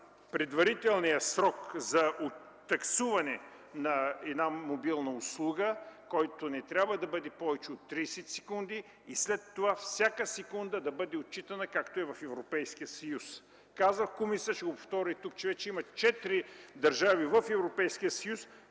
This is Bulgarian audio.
предварителния срок за таксуване на една мобилна услуга, който не трябва да бъде повече от 30 секунди, и след това всяка секунда да бъде отчитана както е в Европейския съюз. Вече има четири държави в Европейския съюз,